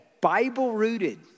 Bible-rooted